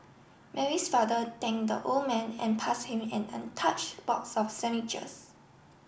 Mary's father thank the old man and pass him an untouched box of sandwiches